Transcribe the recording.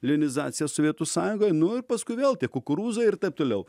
linizacija sovietų sąjungoj nu ir paskui vėl tie kukurūzai ir taip toliau